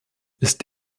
ist